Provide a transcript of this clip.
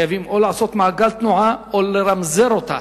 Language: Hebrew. חייבים או לעשות מעגל תנועה או לרמזר אותו,